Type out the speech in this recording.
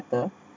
better